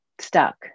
stuck